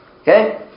Okay